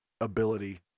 ability